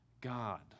God